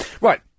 Right